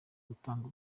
gutanga